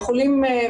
החולים,